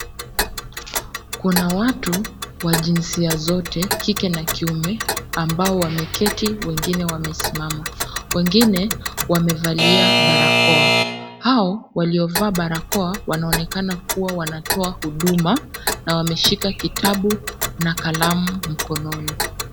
Kuna watu wa jinsia zote, kike na kiume ambao wameketi, wengine wamesimama, wengine wamevalia barakoa. Hao waliovaa barakoa wanaonekana kuwa wanatoa huduma na wameshika kitabu na kalamu mkononi.